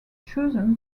chosen